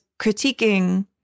critiquing